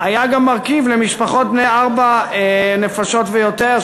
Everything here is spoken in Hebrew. היה גם מרכיב של משפחות בנות ארבע נפשות ויותר,